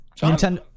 Nintendo